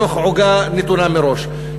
בתוך עוגה נתונה מראש.